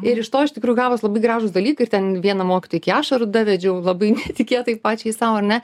ir iš to iš tikrųjų gavos labai gražūs dalykai ir ten vieną mokytoją iki ašarų davedžiau labai netikėtai pačiai sau ar ne